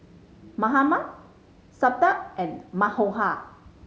Mahatma Santha and Manohar